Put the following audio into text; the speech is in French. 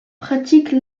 pratique